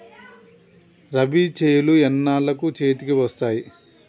రబీ చేలు ఎన్నాళ్ళకు చేతికి వస్తాయి?